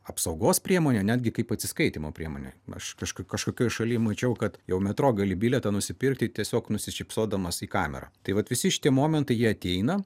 apsaugos priemonė netgi kaip atsiskaitymo priemonė aš kažkur kažkokioj šaly mačiau kad jau metro gali bilietą nusipirkti tiesiog nusišypsodamas į kamerą tai vat visi šitie momentai jie ateina